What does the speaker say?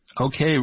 Okay